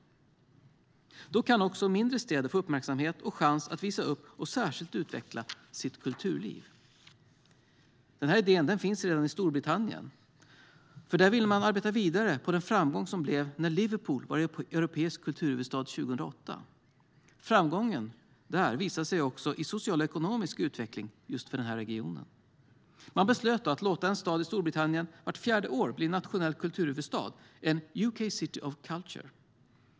Då kan också mindre städer få uppmärksamhet och chans att visa upp och särskilt utveckla sitt kulturliv. Den här idén finns redan i Storbritannien. Där ville man arbeta vidare på framgången när Liverpool var europeisk kulturhuvudstad 2008. Framgången där visade sig också i social och ekonomisk utveckling för regionen. Man beslöt då att låta en stad i Storbritannien vart fjärde år bli nationell kulturhuvudstad, "UK City of Culture".